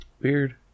Weird